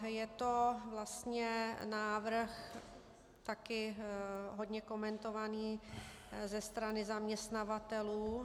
Je to vlastně návrh také hodně komentovaný ze strany zaměstnavatelů.